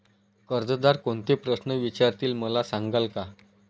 कर्जदार कोणते प्रश्न विचारतील, मला सांगाल का?